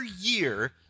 year